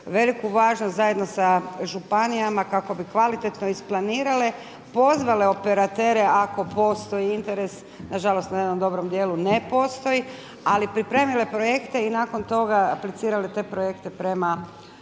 veliku važnost zajedno sa županijama kako bi kvalitetno isplanirale, pozvale operatere ako postoji interes. Nažalost na jednom dobrom djelu ne postoji ali pripremile projekte i nakon toga aplicirali te projekte prema